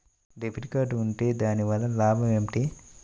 Debit card ఉంటే దాని వలన లాభం ఏమిటీ?